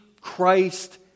Christ